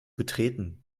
betreten